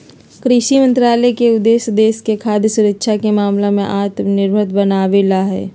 कृषि मंत्रालय के उद्देश्य देश के खाद्य सुरक्षा के मामला में आत्मनिर्भर बनावे ला हई